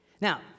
Now